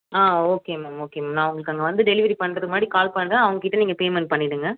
ஆ okay ma'am okay ma'am நாங்கள் உங்களுக்கு அங்கே வந்து டெலிவரி பண்ணுறதுக்கு முன்னாடி கால் பண்ணுறேன் அவங்கக் கிட்டே நீங்கள் பேமெண்ட் பண்ணிவிடுங்க